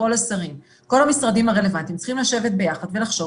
כל השרים וכל המשרדים הרלוונטיים צריכים לשבת יחד ולחשוב.